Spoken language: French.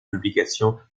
publications